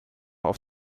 auf